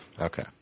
Okay